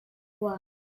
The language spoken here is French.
bois